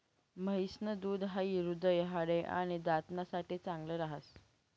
म्हैस न दूध हाई हृदय, हाडे, आणि दात ना साठे चांगल राहस